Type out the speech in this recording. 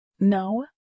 No